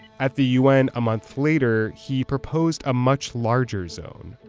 at the un a month later, he proposed a much larger zone.